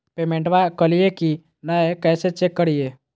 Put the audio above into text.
पेमेंटबा कलिए की नय, कैसे चेक करिए?